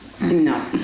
No